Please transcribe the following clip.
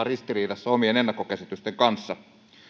ristiriidassa omien ennakkokäsitysten kanssa